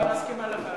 אני מסכימה לוועדה.